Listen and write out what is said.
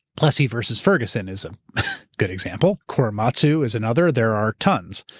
plessy versus ferguson is a good example. korematsu is another. there are tons.